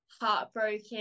heartbroken